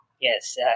yes